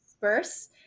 verse